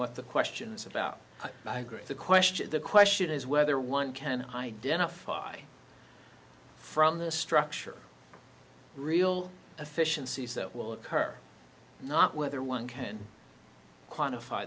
what the questions about migrate the question the question is whether one can identify from the structure real efficiencies that will occur not whether one can quantify